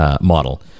model